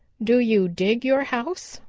do you dig your house?